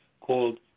called